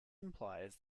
implies